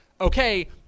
okay